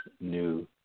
new